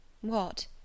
What